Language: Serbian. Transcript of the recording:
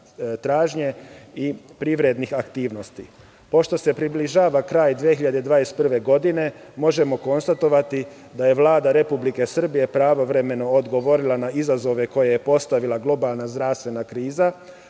i privrednih aktivnosti. Pošto se približava kraj 2021. godine, možemo konstatovati da je Vlada Republike Srbije pravovremeno odgovorila na izazove koje je postavila globalna zdravstvena kriza.